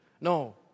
No